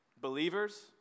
Believers